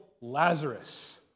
Lazarus